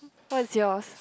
what's yours